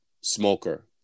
Smoker